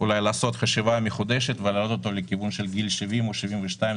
אולי לעשות חשיבה מחודשת ולהעלות את הגיל לכיוון גיל 70 או 72,